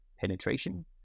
penetration